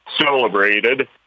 celebrated